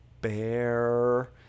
bear